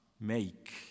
make